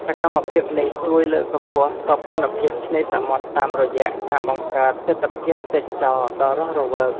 សកម្មភាពនេះជួយលើកកម្ពស់ សោភ័ណភាពឆ្នេរសមុទ្រ តាមរយៈការបង្កើតទិដ្ឋភាពទេសចរណ៍ដ៏រស់រវើក។